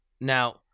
Now